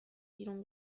بیرون